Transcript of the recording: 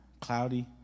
cloudy